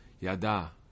Yada